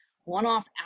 one-off